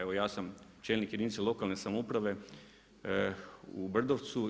Evo ja sam čelnik jedinice lokalne samouprave u Brdovcu.